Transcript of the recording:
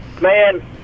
Man